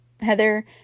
Heather